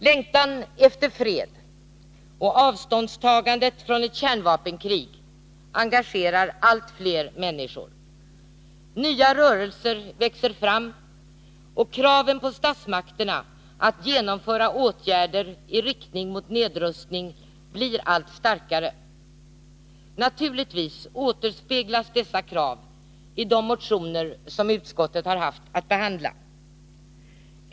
Längtan efter fred och avståndstagandet från ett kärnvapenkrig engagerar allt fler människor. Nya rörelser växer fram, och kraven på statsmakterna att genomföra åtgärder i riktning mot nedrustning blir allt starkare. Naturligtvis återspeglas dessa krav i de motioner som utskottet har haft att behandla.